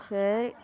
சரி